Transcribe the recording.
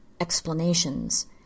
explanations